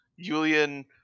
Julian